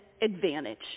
advantage